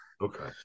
okay